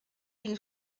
d’une